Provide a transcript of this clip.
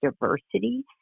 diversity